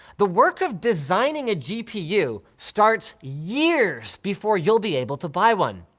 the work of designing a gpu, starts years before you'll be able to buy one.